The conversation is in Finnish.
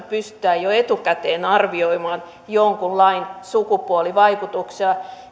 pystymme jo etukäteen arvioimaan jonkun lain sukupuolivaikutuksia